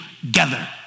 together